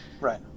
right